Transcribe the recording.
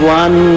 one